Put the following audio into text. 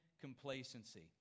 complacency